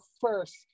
first